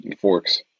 forks